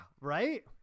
right